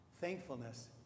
Thankfulness